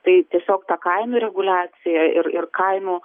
tai tiesiog ta kainų reguliacija ir ir kainų